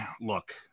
look